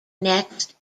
next